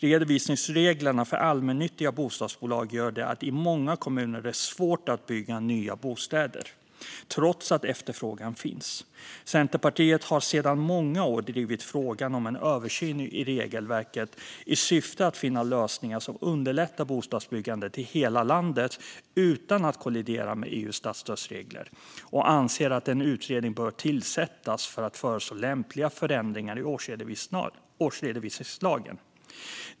Redovisningsreglerna för allmännyttiga bostadsbolag gör att det i många kommuner är svårt att bygga nya bostäder, trots att efterfrågan finns. Centerpartiet har sedan många år drivit frågan om en översyn av regelverken i syfte att finna lösningar som underlättar bostadsbyggandet i hela landet utan att kollidera med EU:s statsstödsregler. Vi anser att en utredning bör tillsättas för att föreslå lämpliga förändringar i årsredovisningslagen.